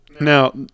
now